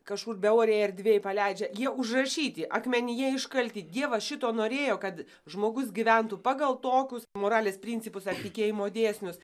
kažkur beorėj erdvėj paleidžia jie užrašyti akmenyje iškalti dievas šito norėjo kad žmogus gyventų pagal tokius moralės principus ar tikėjimo dėsnius